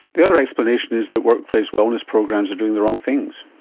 the other explanation is that workplace wellness programs are doing the wrong things.